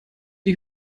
die